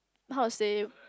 how to say